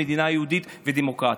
במדינה יהודית ודמוקרטית.